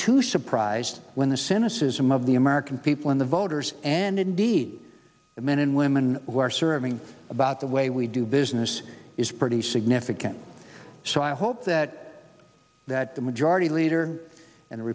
to surprised when the cynicism of the american people in the voters and indeed the men and women who are serving about the way we do business is pretty significant so i hope that that the majority leader and